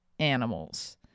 animals